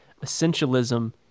essentialism